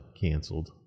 canceled